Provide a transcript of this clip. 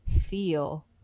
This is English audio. feel